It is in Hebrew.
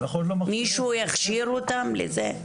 מישהו יכשיר אותם לזה?